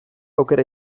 aukera